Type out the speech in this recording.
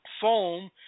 foam